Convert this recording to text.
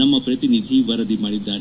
ನಮ್ಮ ಪ್ರತಿನಿಧಿ ವರದಿ ಮಾಡಿದ್ದಾರೆ